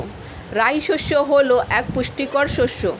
রাই শস্য হল এক পুষ্টিকর শস্য